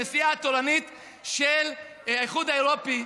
הנשיאה התורנית של האיחוד אירופי,